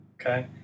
Okay